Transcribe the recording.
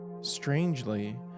Strangely